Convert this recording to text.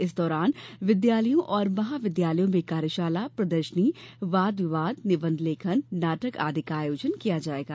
इस दौरान विद्यालयों और महाविद्यालयों में कार्यशाला प्रदर्शनी वाद विवाद निबंध लेखन नाटक आदि का आयोजन किया जाएगा